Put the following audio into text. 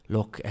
Look